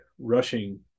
rushing